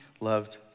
loved